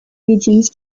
regions